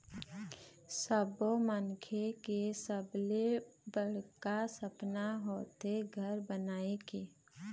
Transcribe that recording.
सब्बो मनखे के सबले बड़का सपना होथे घर बनाए के